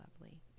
lovely